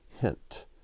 hint